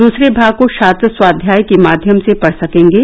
दूसरे भाग को छात्र स्वाध्याय के माध्यम से पढ़ सकेंगे